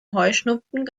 heuschnupfen